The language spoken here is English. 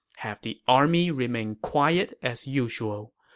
have the army remain quiet as usual.